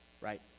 right